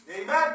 Amen